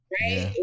right